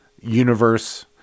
universe